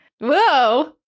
Whoa